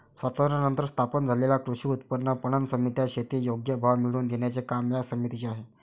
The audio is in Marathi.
स्वातंत्र्यानंतर स्थापन झालेल्या कृषी उत्पन्न पणन समित्या, शेती योग्य भाव मिळवून देण्याचे काम या समितीचे आहे